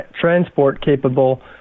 transport-capable